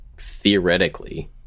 theoretically